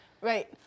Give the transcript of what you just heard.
Right